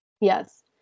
Yes